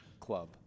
Club